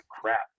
crap